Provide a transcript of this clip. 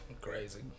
crazy